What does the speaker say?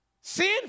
sin